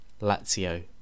Lazio